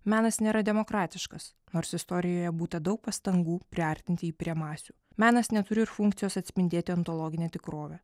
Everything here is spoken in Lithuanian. menas nėra demokratiškas nors istorijoje būta daug pastangų priartinti prie masių menas neturi ir funkcijos atspindėti ontologinę tikrovę